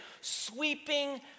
sweeping